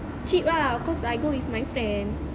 cheap lah cause I go with my friend